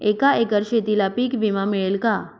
एका एकर शेतीला पीक विमा मिळेल का?